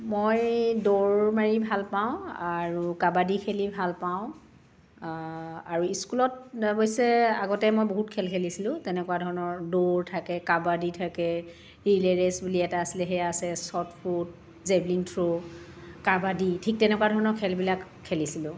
মই দৌৰ মাৰি ভাল পাওঁ আৰু কাবাডী খেলি ভাল পাওঁ আৰু স্কুলত অৱশ্যে আগতে মই বহুত খেল খেলিছিলোঁ তেনেকুৱা ধৰণৰ দৌৰ থাকে কাবাডী থাকে ৰিলে ৰেচ বুলি এটা আছে সেয়া আছে shot put javelin throw kabaddi ঠিক তেনেকুৱা ধৰণৰ খেলবিলাক খেলিছিলোঁ